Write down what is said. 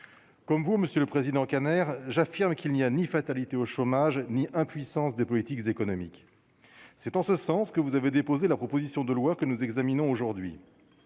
comme vous, Monsieur le Président Kanner, j'affirme qu'il n'y a ni fatalité au chômage ni impuissance de politiques économiques, c'est en ce sens que vous avez déposé la proposition de loi que nous examinons aujourd'hui,